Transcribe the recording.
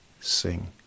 sing